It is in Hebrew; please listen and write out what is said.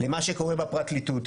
למה שקורה בפרקליטות.